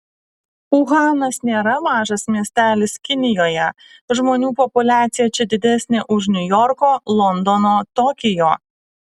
uhanas nėra mažas miestelis kinijoje žmonių populiacija čia didesnė už niujorko londono tokijo